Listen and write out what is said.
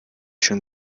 schon